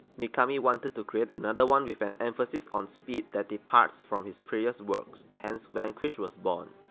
mikami wanted to create another one with an emphasis on speed that departs from his previous works, hence vanquish was born.